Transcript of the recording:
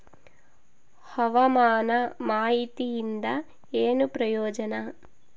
ಹವಾಮಾನ ಮಾಹಿತಿಯಿಂದ ಏನು ಪ್ರಯೋಜನ?